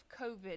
COVID